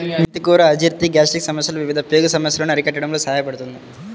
మెంతి కూర అజీర్తి, గ్యాస్ట్రిక్ సమస్యలు, వివిధ పేగు సమస్యలను అరికట్టడంలో సహాయపడుతుంది